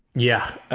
yeah,